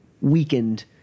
weakened